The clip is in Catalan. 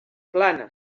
plana